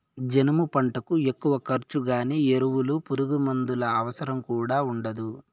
జనుము పంటకు ఎక్కువ ఖర్చు గానీ ఎరువులు పురుగుమందుల అవసరం కూడా ఉండదు